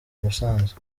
musanze